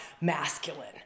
masculine